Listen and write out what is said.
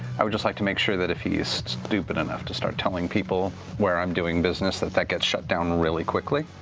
i would just like to make sure that if he is stupid enough to start telling people where i'm doing business, that that gets shut down really quickly.